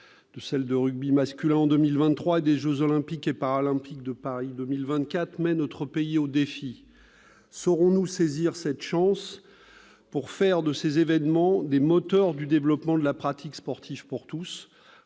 du monde de rugby masculin en 2023 et des jeux Olympiques et Paralympiques en 2024 met notre pays au défi. Saurons-nous saisir cette chance pour faire de ces événements des moteurs du développement de la pratique sportive pour tous,